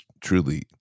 truly